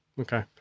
okay